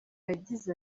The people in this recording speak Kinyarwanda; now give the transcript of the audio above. yagize